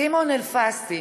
סימון אלפסי